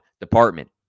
department